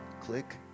click